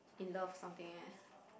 in love something eh